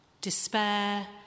Despair